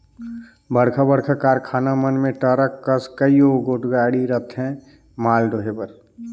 बड़खा बड़खा कारखाना मन में टरक कस कइयो गोट गाड़ी रहथें माल डोहे बर